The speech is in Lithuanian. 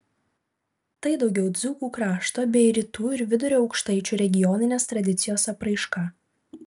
tai daugiau dzūkų krašto bei rytų ir vidurio aukštaičių regioninės tradicijos apraiška